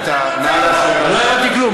חבר הכנסת גואטה, נא לאפשר לשר להשיב.